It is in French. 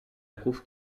prouve